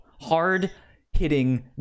Hard-hitting